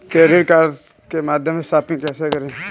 Credit card के माध्यम से शॉपिंग कैसे करें?